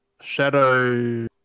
Shadow